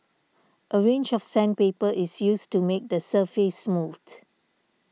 a range of sandpaper is used to make the surface smooth